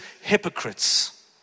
hypocrites